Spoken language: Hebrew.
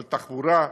על תחבורה,